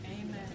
Amen